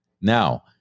Now